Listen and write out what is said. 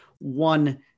one